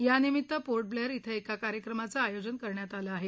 यानिमित्त पोर्टब्लेअर श्व एका कार्यक्रमाचं आयोजन करण्यात आलं आहे